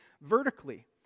vertically